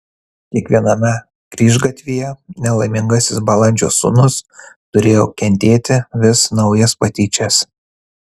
kiekviename kryžgatvyje nelaimingasis balandžio sūnus turėjo kentėti vis naujas patyčias